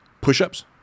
push-ups